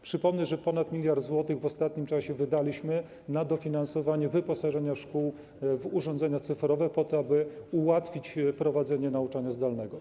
Przypomnę, że ponad 1 mld zł w ostatnim czasie wydaliśmy na dofinansowanie wyposażenia szkół w urządzenia cyfrowe po to, aby ułatwić prowadzenie nauczania zdalnego.